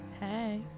Hey